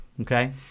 Okay